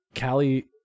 Callie